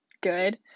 good